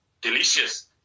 Delicious